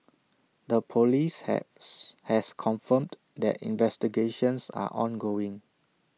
the Police has has confirmed that investigations are ongoing